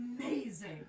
amazing